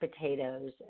potatoes